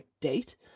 date